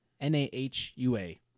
N-A-H-U-A